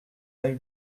œil